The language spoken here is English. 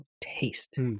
taste